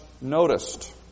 noticed